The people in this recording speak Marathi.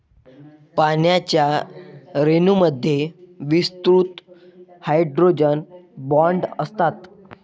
पाण्याच्या रेणूंमध्ये विस्तृत हायड्रोजन बॉण्ड असतात